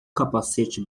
capacete